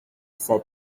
said